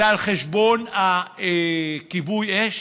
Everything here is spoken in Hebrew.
זה על חשבון כיבוי אש?